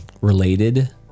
related